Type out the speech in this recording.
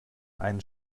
einen